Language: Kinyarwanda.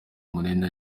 munini